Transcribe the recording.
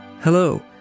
Hello